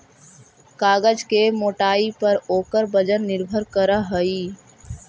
कागज के मोटाई पर ओकर वजन निर्भर करऽ हई